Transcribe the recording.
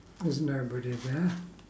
is nobody there